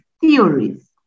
theories